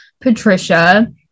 Patricia